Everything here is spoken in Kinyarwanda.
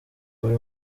buri